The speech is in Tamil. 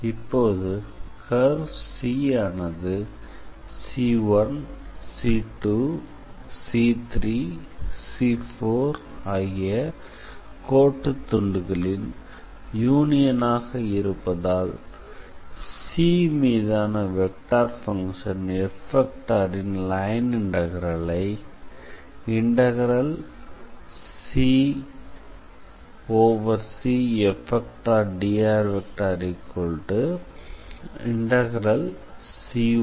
இப்போது கர்வ் C ஆனது C1C2C3C4 ஆகிய கோட்டுத்துண்டுகளின் யூனியனாக இருப்பதால் C மீதான வெக்டார் ஃபங்க்ஷன் F ன் லைன் இண்டக்ரலை cF